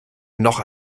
noch